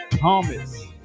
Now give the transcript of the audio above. thomas